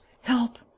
Help